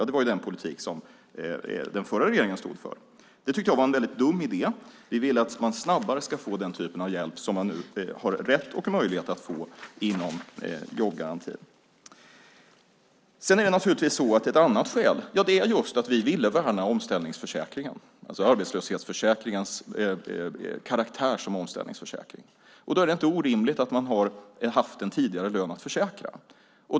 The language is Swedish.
Det var den politik som den förra regeringen stod för. Jag tyckte att det var en väldigt dum idé. Vi ville att man snabbare ska få den typ av hjälp som man nu har rätt och möjlighet att få inom jobbgarantin. Ett annat skäl är just att vi ville värna omställningsförsäkringen, alltså arbetslöshetsförsäkringens karaktär som omställningsförsäkring. Då är det inte orimligt att man har haft en tidigare lön att försäkra.